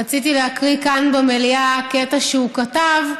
רציתי להקריא כאן במליאה קטע שהוא כתב,